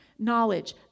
knowledge